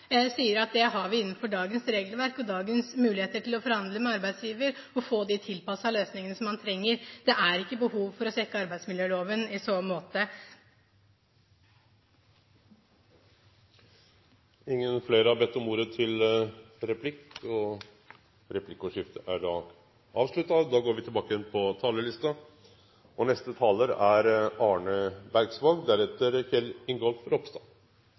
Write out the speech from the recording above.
jeg har møtt – sier at vi innenfor dagens regelverk har muligheter til å forhandle med arbeidsgiver og få de tilpassede løsningene som man trenger. Det er ikke behov for å svekke arbeidsmiljøloven i så måte. Replikkordskiftet er omme. Arbeidslivsmeldinga er i så måte historisk i og med at det er første gong ei slik melding blir lagd fram for Stortinget, og det er